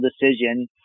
decision